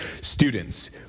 Students